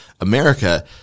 America –